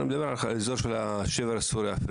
אני מדבר על האזור של השבר הסורי-אפריקאי,